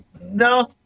no